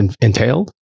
entailed